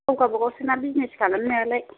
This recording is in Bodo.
गाव गावबागावसोना बिजिनेस खालामनायालाय